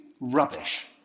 rubbish